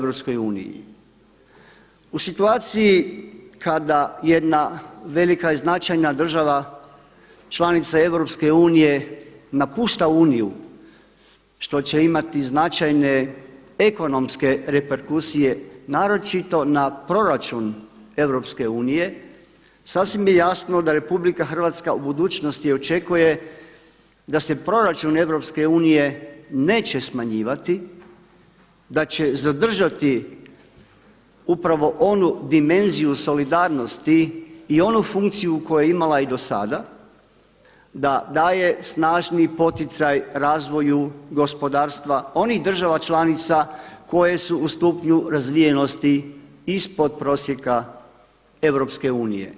U situaciji kada jedna velika i značajna država članica EU napušta Uniju što će imati značajne ekonomske reperkusije naročito na proračun EU sasvim je jasno da RH u budućnosti očekuje da se proračun EU neće smanjivati, da će zadržati upravo onu dimenziju solidarnosti i onu funkciju koju je imala i do sada, da daje snažni poticaj razvoju gospodarstva onih država članica koje su u stupnju razvijenosti ispod prosjeka EU.